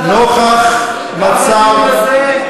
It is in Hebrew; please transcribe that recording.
אנחנו נוכח מצב,